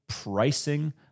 pricing